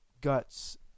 guts